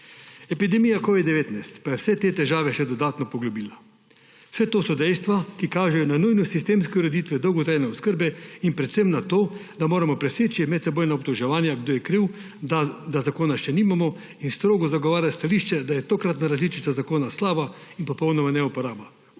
epidemija covida-19 pa je vse te težave še dodatno poglobila. Vse to so dejstva, ki kažejo na nujnost sistemske ureditve dolgotrajne oskrbe in predvsem na to, da moramo preseči medsebojna obtoževanja, kdo je kriv, da zakona še nimamo, in strogo zagovarja stališče, da je tokratna različica zakona slaba in popolnoma neuporabna.